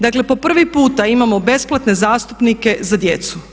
Dakle, po prvi puta imamo besplatne zastupnike za djecu.